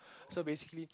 so basically